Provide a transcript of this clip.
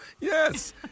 Yes